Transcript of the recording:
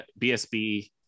bsb